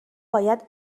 باید